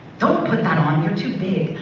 don't put that on, you're too big.